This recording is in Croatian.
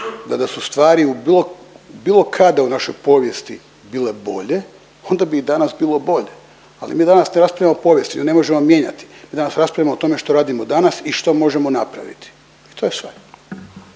da su stvari u bilo, bilo kada u našoj povijesti bile bolje, onda bi i danas bilo bolje. Ali mi danas ne raspravljamo o povijesti, nju ne možemo mijenjati. Mi danas raspravljamo o tome što radimo danas i što možemo napraviti i to je sve.